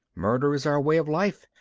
murder is our way of life.